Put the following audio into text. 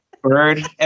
Bird